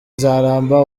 nzaramba